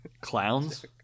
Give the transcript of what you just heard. Clowns